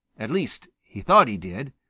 at least, he thought he did.